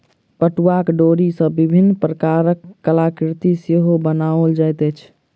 पटुआक डोरी सॅ विभिन्न प्रकारक कलाकृति सेहो बनाओल जाइत अछि